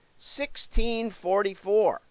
1644